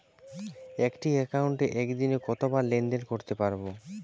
একটি একাউন্টে একদিনে কতবার লেনদেন করতে পারব?